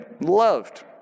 loved